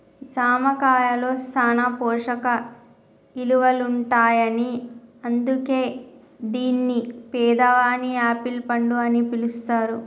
జామ కాయలో సాన పోషక ఇలువలుంటాయని అందుకే దీన్ని పేదవాని యాపిల్ పండు అని పిలుస్తారు